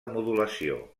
modulació